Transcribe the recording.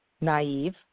naive